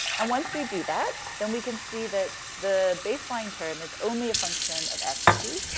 and once we do that, then we can see that the baseline term is only a function of s t.